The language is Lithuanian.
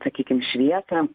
sakykim šviesą